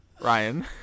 Ryan